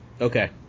Okay